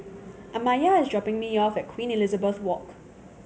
Amaya is dropping me off at Queen Elizabeth Walk